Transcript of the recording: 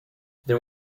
there